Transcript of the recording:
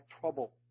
trouble